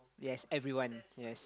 yes everyone yes